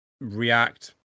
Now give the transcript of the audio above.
react